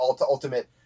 ultimate